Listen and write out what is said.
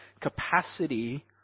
capacity